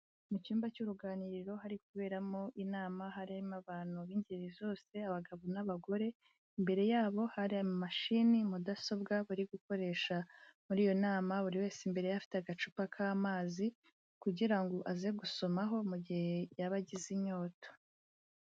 Mu cyumba cy'uruganiriro hari kuberamo inama, harimo abantu b'ingeri zose abagabo n'abagore, imbere yabo hari amashini, mudasobwa bari gukoresha muri iyo nama buri wese imbere ye afite agacupa k'amazi kugira ngo aze gusomaho mu gihe yaba agize inyota.